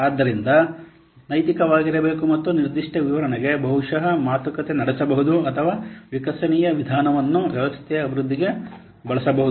ಆದ್ದರಿಂದ ನೈತಿಕವಾಗಿರಬೇಕು ಮತ್ತು ನಿರ್ದಿಷ್ಟ ವಿವರಣೆಗೆ ಬಹುಶಃ ಮಾತುಕತೆ ನಡೆಸಬಹುದು ಅಥವಾ ವಿಕಸನೀಯ ವಿಧಾನವನ್ನು ವ್ಯವಸ್ಥೆಯ ಅಭಿವೃದ್ಧಿಗೆ ಬಳಸಬಹುದು